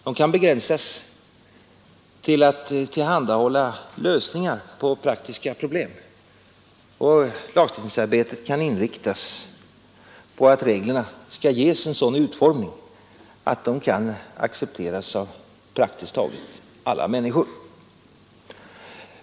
De kan begränsas till att tillhandahålla lösningar på praktiska problem, och arbetet kan inriktas på att reglerna skall få en sådan utformning att de kan accepteras av praktiskt taget alla människor.